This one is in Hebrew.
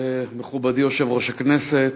מכובדי יושב-ראש הכנסת,